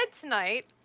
tonight